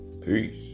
Peace